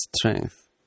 strength